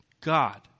God